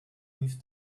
with